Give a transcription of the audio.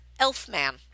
Elfman